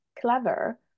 clever